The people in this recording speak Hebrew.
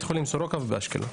בבתי החולים סורוקה ובאשקלון.